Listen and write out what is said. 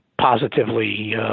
positively